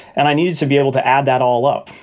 and i needed to be able to add that all up.